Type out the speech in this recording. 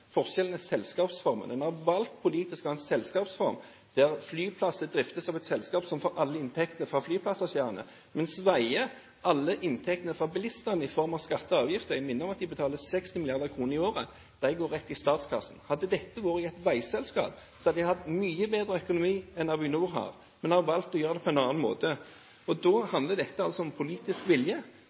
Forskjellen er selskapsformen. Man har valgt politisk å ha en selskapsform når det gjelder flyplasser, som driftes av et selskap som får alle inntektene fra flypassasjerene, mens når det gjelder veier, går alle inntektene fra bilistene i form av skatter og avgifter – jeg minner om at de betaler 60 mrd. kr i året – rett i statskassen. Hadde det vært et veiselskap, hadde det hatt mye bedre økonomi enn det Avinor har, men man har valgt å gjøre det på en annen måte, og da handler det om